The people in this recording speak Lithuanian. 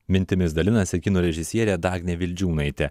mintimis dalinasi kino režisierė dagnė vildžiūnaitė